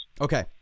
Okay